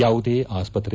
ಯಾವುದೇ ಆಸ್ತ್ರೆ